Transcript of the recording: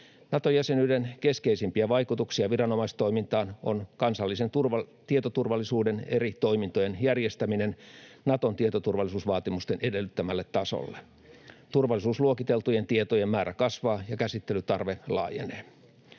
Naton jäsenyyden keskeisimpiä vaikutuksia viranomaistoimintaan on kansallisen tietoturvallisuuden eri toimintojen järjestäminen Naton tietoturvallisuusvaatimusten edellyttämälle tasolle. Turvallisuusluokiteltujen tietojen määrä kasvaa ja käsittelytarve laajenee.